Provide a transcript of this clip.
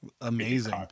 amazing